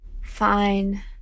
Fine